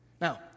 Now